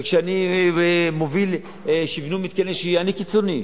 וכשאני מוביל שיביאו מתקני שהייה אני קיצוני.